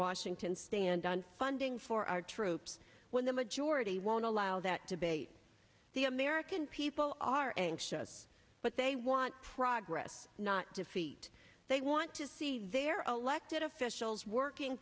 washington stand on funding for our troops when the majority won't allow that debate the american people are anxious but they want progress not defeat they want to see their aleck that officials working